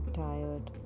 tired